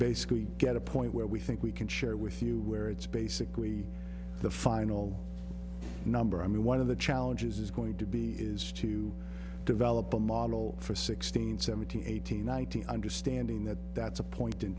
basically get a point where we think we can share with you where it's basically the final number i mean one of the challenges is going to be is to develop a model for sixteen seventeen eighteen nineteen understanding that that's a point in